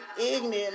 ignorant